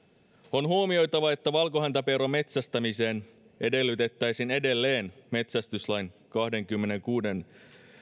on huomioitava että valkohäntäpeuran metsästämiseen edellytettäisiin edelleen metsästyslain kahdennenkymmenennenkuudennen